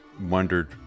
wondered